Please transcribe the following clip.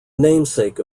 namesake